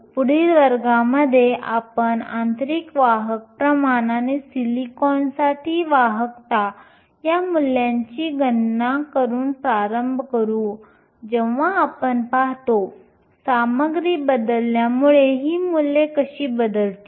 पुढील वर्गामध्ये आपण आंतरिक वाहक प्रमाण आणि सिलिकॉनसाठी वाहकता या मूल्यांची गणना करून प्रारंभ करू जेव्हा आपण पाहतो सामग्री बदलल्यामुळे ही मूल्ये कशी बदलतील